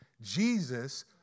Jesus